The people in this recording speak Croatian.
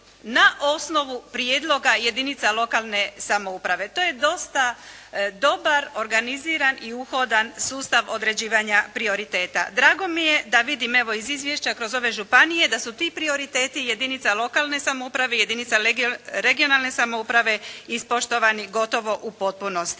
na osnovu prijedloga jedinica lokalne samouprave. To je dosta dobar, organiziran i uhodan sustav određivanja prioriteta. Drago mi je da vidim evo iz izvješća kroz ove županije da su ti prioriteti jedinica lokalne samouprave i jedinica regionalne samouprave ispoštovani gotovo u potpunosti.